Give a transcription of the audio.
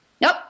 Nope